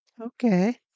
Okay